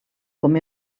com